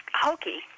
hokey